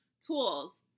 tools